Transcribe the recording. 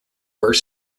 were